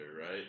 right